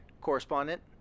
correspondent